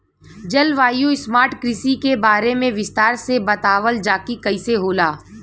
जलवायु स्मार्ट कृषि के बारे में विस्तार से बतावल जाकि कइसे होला?